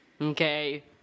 Okay